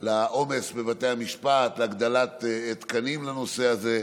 לעומס בבתי המשפט, להגדלת תקנים לנושא הזה.